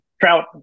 trout